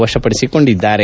ವಶಪಡಿಸಿಕೊಂಡಿದ್ದಾರೆ